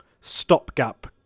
stopgap